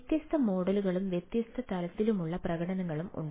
വ്യത്യസ്ത മോഡലുകളും വ്യത്യസ്ത തലത്തിലുള്ള പ്രകടനങ്ങളും ഉണ്ട്